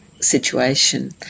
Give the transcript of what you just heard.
situation